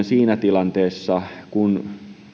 siinä tilanteessa kun